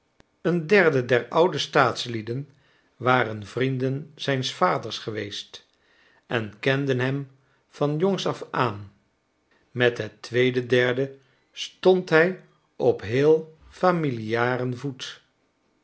een derde der oude staatslieden waren vrienden zijns vaders geweest en kenden hem van jongs af aan met het tweede derde stond hij op heel familiaren voet